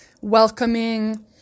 welcoming